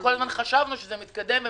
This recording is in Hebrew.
וכל הזמן חשבנו שזה מתקדם,